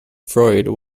freud